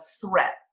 threat